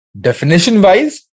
definition-wise